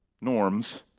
norms